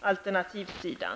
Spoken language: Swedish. alternativen.